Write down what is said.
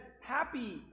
happy